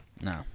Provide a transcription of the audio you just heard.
No